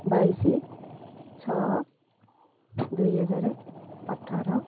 ବାଇଶ ଛଅ ଦୁଇହଜାର ଅଠର